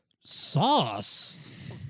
sauce